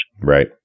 Right